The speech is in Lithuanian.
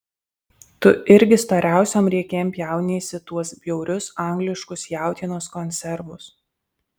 tu irgi storiausiom riekėm pjauniesi tuos bjaurius angliškus jautienos konservus